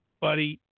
buddy